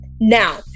Now